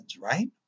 right